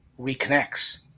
reconnects